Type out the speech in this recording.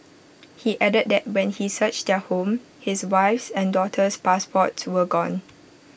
he added that when he searched their home his wife's and daughter's passports were gone